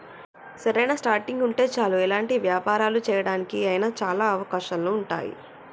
సరైన స్టార్టింగ్ ఉంటే చాలు ఎలాంటి వ్యాపారాలు చేయడానికి అయినా చాలా అవకాశాలు ఉంటాయి